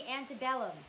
Antebellum